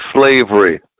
slavery